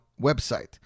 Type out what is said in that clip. website